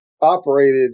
operated